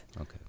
Okay